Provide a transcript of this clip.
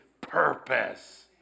purpose